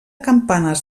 campanes